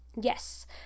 Yes